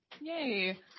Yay